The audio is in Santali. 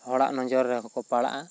ᱦᱚᱲᱟᱜ ᱱᱚᱡᱚᱨ ᱨᱮᱦᱚᱸ ᱠᱚ ᱯᱟᱲᱟᱜ ᱟ